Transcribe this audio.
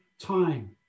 time